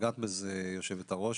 ונגעת בזה יושבת-הראש,